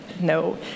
no